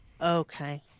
Okay